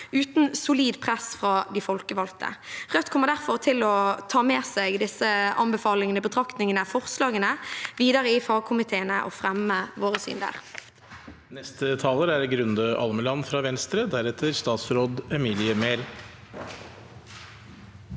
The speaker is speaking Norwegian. uten solid press fra de folkevalgte. Rødt kommer derfor til å ta med seg disse anbefalingene, betraktningene og forslagene videre i fagkomiteene og fremme våre syn der.